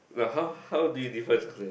well how how did you define success